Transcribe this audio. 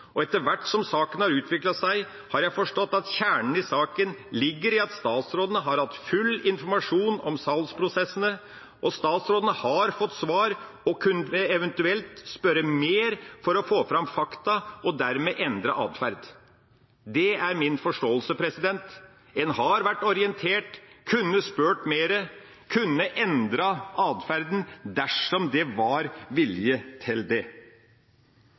og etter hvert som saken har utviklet seg, har jeg forstått at kjernen i saken ligger i at statsråden har hatt full informasjon om salgsprosessene, og statsråden har fått svar og kunne eventuelt spurt mer for å få fram fakta og dermed endret adferd. Det er min forståelse. En har vært orientert, kunne spurt mer, kunne endret adferden dersom det var vilje til det.